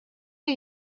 are